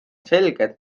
selged